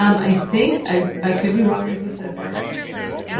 um i think i i could be wrong, is this a bargain issue? i can't